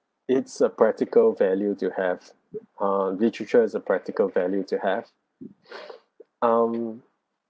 it's a practical value to have uh literature is a practical value to have um